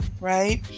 right